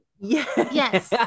Yes